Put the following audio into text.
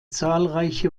zahlreiche